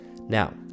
Now